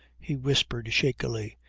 he whispered shakily.